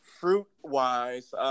Fruit-wise